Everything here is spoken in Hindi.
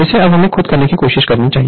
इसे अब हमें खुद करने की कोशिश करनी चाहिए